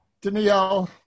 Danielle